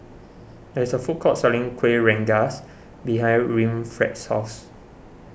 there is a food court selling Kueh Rengas behind Winfred's house